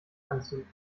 anzünden